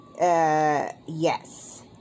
yes